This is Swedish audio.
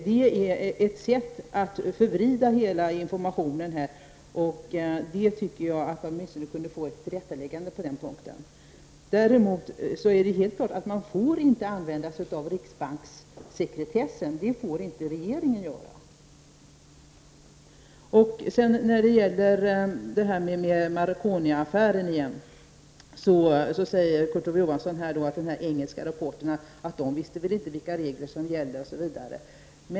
Det är ett sätt att förvrida hela informationen. På den punkten tycker jag att vi åtminstone kunde få ett tillrättaläggande. Däremot är det helt klart att man inte får använda sig av riksbankssekretessen. Det får inte regeringen göra. Beträffande Marconi-affären säger Kurt Ove Johansson att de som utformat den engelska rapporten inte visste vilka regler som gällde.